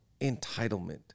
entitlement